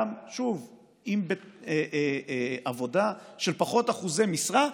גם בעבודה של פחות אחוזי משרה,